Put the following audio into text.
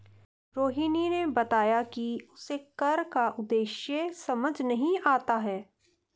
रोहिणी ने बताया कि उसे कर का उद्देश्य समझ में नहीं आता है